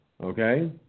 Okay